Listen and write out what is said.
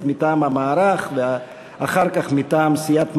מטעם המערך ואחר כך מטעם סיעת מפ"ם,